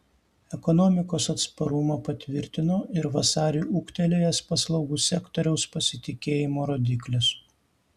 ekonomikos atsparumą patvirtino ir vasarį ūgtelėjęs paslaugų sektoriaus pasitikėjimo rodiklis